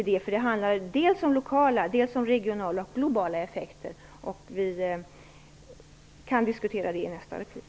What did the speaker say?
Det handlar om lokala, regionala och globala effekter. Vi kan diskutera det i nästa replik.